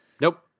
Nope